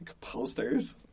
posters